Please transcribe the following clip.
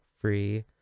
Free